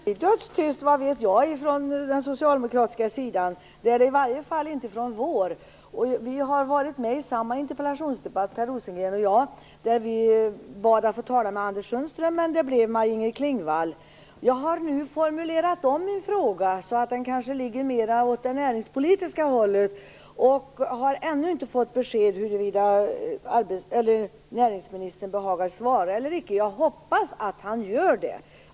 Fru talman! Det kanske är dödstyst - vad vet jag - från den socialdemokratiska sidan, men i varje fall inte från vårt håll. Per Rosengren och jag har varit med i samma interpellationsdebatt, där vi bad att få tala med Anders Sundström men där det blev Maj Inger Klingvall. Jag har nu formulerat om min fråga så att den kanske ligger mera åt det näringspolitiska hållet, men jag har ännu inte fått besked om huruvida näringsministern behagar svara eller icke. Jag hoppas att han gör det.